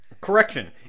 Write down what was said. Correction